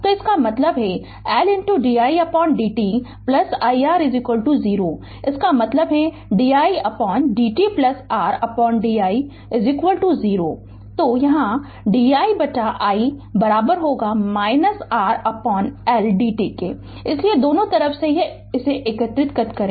तो इसका मतलब है L di dt i R 0 इसका मतलब है di dtR L i 0 so या di i R L dt इसलिए दोनों तरफ एकीकृत करें